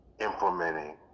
implementing